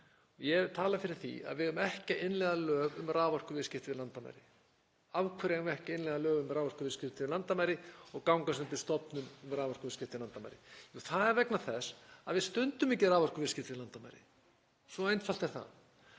ég hef talað fyrir er að við eigum ekki að innleiða lög um raforkuviðskipti yfir landamæri. Af hverju eigum við ekki innleiða lög um raforkuviðskipti yfir landamæri og gangast undir stofnun um raforkuviðskipti yfir landamæri? Það er vegna þess að við stundum ekki raforkuviðskipti yfir landamæri. Svo einfalt er það.